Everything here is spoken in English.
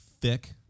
thick